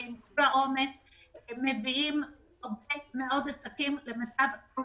הם מביאים הרבה עסקים למצב אל חזור.